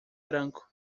branco